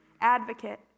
advocate